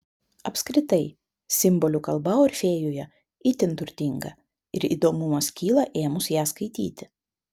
apskritai simbolių kalba orfėjuje itin turtinga ir įdomumas kyla ėmus ją skaityti